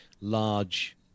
large